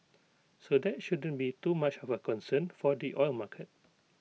so that shouldn't be too much of A concern for the oil market